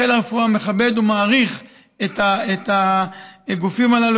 חיל הרפואה מכבד ומעריך את הגופים הללו,